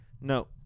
No